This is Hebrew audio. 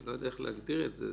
לא יודע איך להגדיר את זה,